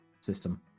system